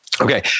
Okay